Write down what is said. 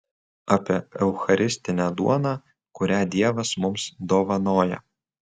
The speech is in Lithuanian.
apie eucharistinę duoną kurią dievas mums dovanoja